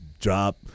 drop